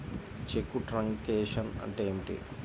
చెక్కు truncation అంటే ఏమిటి?